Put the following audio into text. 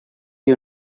you